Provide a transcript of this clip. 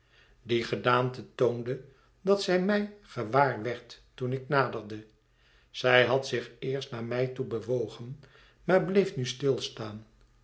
die gedaante toonde dat zij mij gewaar werd toen ik naderde zij had zich eerst naar mij toe bewogen maar bleef nu stilstaan